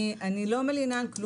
אולי היא מוותרת על שכירות.